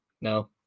no